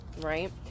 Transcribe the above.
Right